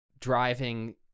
driving